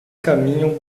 caminham